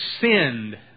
sinned